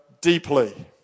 deeply